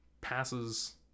passes